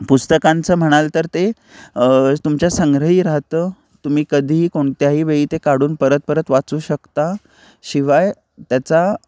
पुस्तकांचं म्हणाल तर ते तुमच्या संग्रही राहतं तुम्ही कधीही कोणत्याही वेळी ते काढून परत परत वाचू शकता शिवाय त्याचा